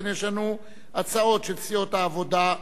יש לנו הצעות של סיעות העבודה,